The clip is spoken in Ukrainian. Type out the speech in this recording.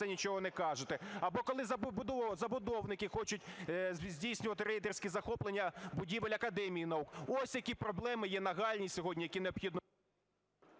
Або коли забудовники хочуть здійснювати рейдерські захоплення будівель Академії наук? Ось які проблеми є нагальні сьогодні, які необхідно…